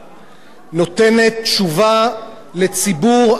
נותנת תשובה לציבור ענק,